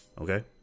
okay